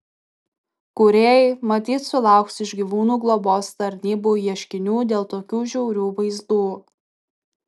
kūrėjai matyt sulauks iš gyvūnų globos tarnybų ieškinių dėl tokių žiaurių vaizdų